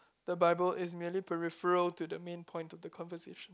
the Bible is merely peripheral to the main point of the conversation